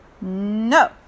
No